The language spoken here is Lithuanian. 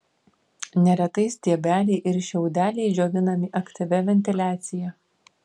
neretai stiebeliai ir šiaudeliai džiovinami aktyvia ventiliacija